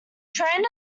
trained